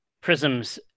Prism's